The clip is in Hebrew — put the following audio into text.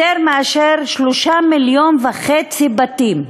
יותר מאשר 3.5 מיליון בתים.